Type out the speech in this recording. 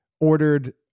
ordered